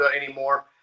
anymore